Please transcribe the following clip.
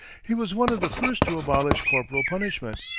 he was one of the first to abolish corporal punishment.